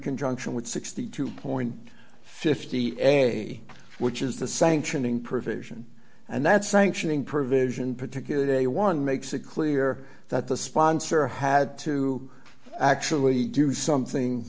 conjunction with sixty two fifty which is the sanctioning provision and that's sanctioning provision particularly day one makes it clear that the sponsor had to actually do something